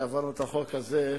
שהעברנו את החוק הזה,